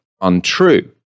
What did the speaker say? untrue